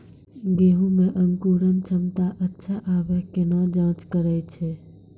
गेहूँ मे अंकुरन क्षमता अच्छा आबे केना जाँच करैय छै?